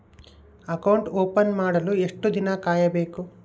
Account open ಮಾಡಲು ಎಷ್ಟು ದಿನ ಕಾಯಬೇಕು?